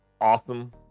awesome